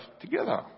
together